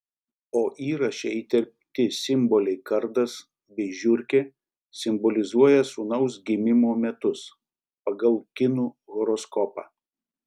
o įraše įterpti simboliai kardas bei žiurkė simbolizuoja sūnaus gimimo metus pagal kinų horoskopą